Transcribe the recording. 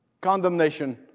Condemnation